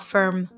Firm